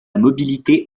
mobilité